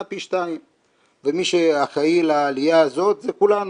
פי 2. ומי שאחראי לעלייה הזאת זה כולנו.